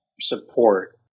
support